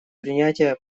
принятия